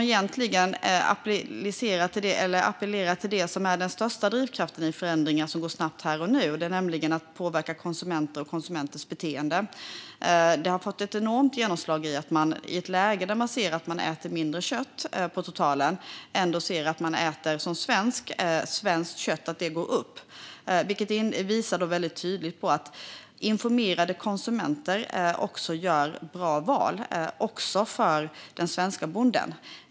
Den appellerar egentligen till det som är den största drivkraften i förändringen som går snabbt här och nu, nämligen att påverka konsumenter och konsumenters beteende. Detta har fått ett enormt genomslag i ett läge där vi ser att svenskarna totalt äter mindre kött men ändå äter mer svenskt kött. Konsumtionen av det går upp, vilket tydligt visar att informerade konsumenter gör bra val - bra också för den svenska bonden.